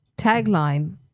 tagline